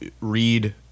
Read